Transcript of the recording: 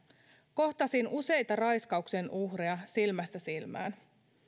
kohtasin useita raiskauksen uhreja silmästä silmään